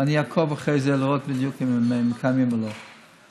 ואני אעקוב אחרי זה לראות אם הם מקיימים בדיוק או לא.